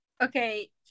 Okay